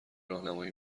راهنمایی